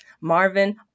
Marvin